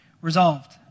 resolved